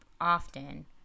often